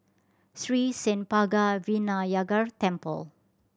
Sri Senpaga Vinayagar Temple